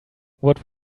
what